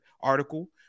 article